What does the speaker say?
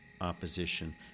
opposition